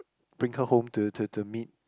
bring her home to to to meet